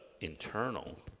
internal